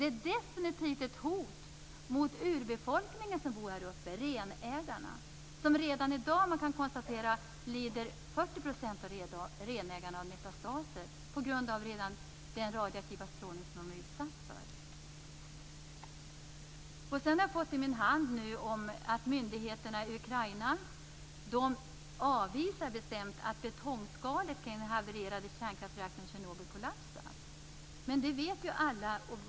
Det är definitivt ett hot mot urbefolkningen, renägarna. Redan i dag lider 40 % av renägarna av metastaser på grund av den radioaktiva strålning de har utsatts för. Jag har nu fått i min hand en skrift där det framgår att myndigheterna i Ukraina avvisar att betongskalet runt den havererade kärnkraftsreaktorn i Tjernobyl kollapsat.